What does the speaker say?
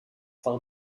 par